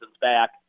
back